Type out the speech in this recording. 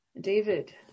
David